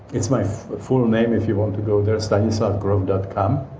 it's my full name, if you want to go there, stanislavgrof dot com.